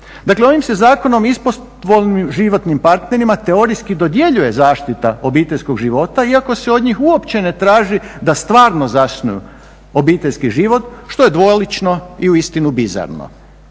Dakle, ovim se zakonom istospolnim životnim partnerima teorijski dodjeljuje zaštita obiteljskog života iako se od njih uopće ne traži da stvarno zasnuju obiteljski život što je dvolično i uistinu bizarno.